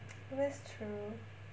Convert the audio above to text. that's true